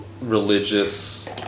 religious